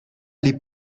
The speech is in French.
les